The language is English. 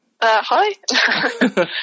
Hi